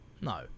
no